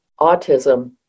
autism